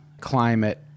climate